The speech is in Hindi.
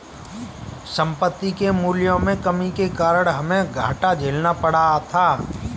संपत्ति के मूल्यों में कमी के कारण हमे घाटा झेलना पड़ा था